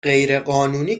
غیرقانونی